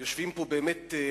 יושבים פה אנשים,